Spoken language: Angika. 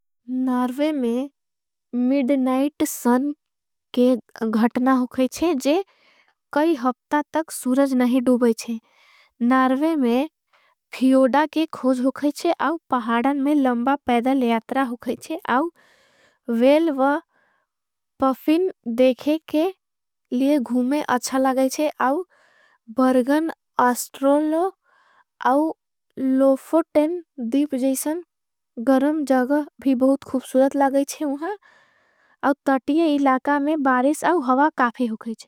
नार्वे में मिड्नाइट सन के घटना होगाईचे जे कई हफ्ता। तक सुरज नहीं डूबाईचे नार्वे में फियोडा के खोज होगाईचे। पहाडन में लंबा पैदल यात्रा होगाईचे वेल वा पफिन देखे। के लिए घूमे अच्छा लागाईचे बर्गन अस्ट्रोलो लोफो टेन। दीप जैसन गरम जगह भी बहुत खुबसूरत लागाईचे। और तटीये इलाका में बारेस और हवा काफे होगाईचे।